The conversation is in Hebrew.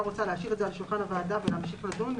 רוצה להשאיר את זה על שולחנה ולהמשיך לדון,